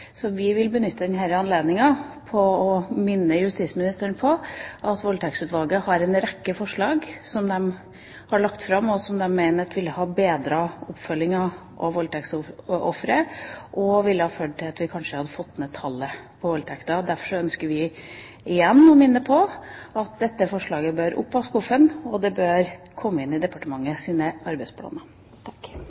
så vi vil benytte denne anledningen til å minne justisministeren om at Voldtektsutvalget har lagt fram en rekke forslag som de mener ville ha bedret oppfølgingen av voldtektsofre og ville ha ført til at vi kanskje hadde fått ned tallet på voldtekter. Derfor ønsker vi igjen å minne om at dette forslaget bør opp av skuffen, og det bør komme inn i Justisdepartementets arbeidsplaner.